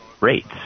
rates